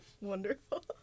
Wonderful